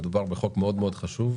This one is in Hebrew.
כמובן גם למנכ"ל הביטוח הלאומי שנמצא כאן.